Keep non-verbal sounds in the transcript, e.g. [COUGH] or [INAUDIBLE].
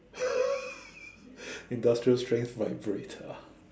[LAUGHS] industrial strength vibrator